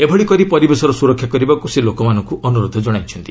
ଏଭଳି କରି ପରିବେଶର ସୁରକ୍ଷା କରିବାକୁ ସେ ଲୋକମାନଙ୍କୁ ଅନୁରୋଧ ଜଣାଇଛନ୍ତି